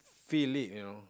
feel like you know